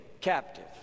captive